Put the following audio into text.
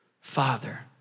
Father